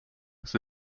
the